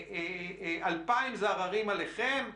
2,000 זה עררים עליכם?